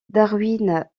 darwin